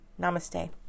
Namaste